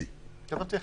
תודה רבה.